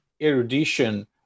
erudition